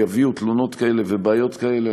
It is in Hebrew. שיביאו תלונות כאלה ובעיות כאלה,